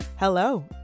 Hello